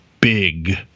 big